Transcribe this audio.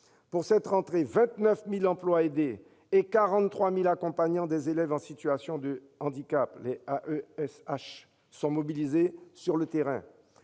Pour cette rentrée, 29 000 emplois aidés et 43 000 accompagnants des élèves en situation de handicap, les AESH, sont mobilisés sur le terrain.